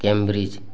cambridge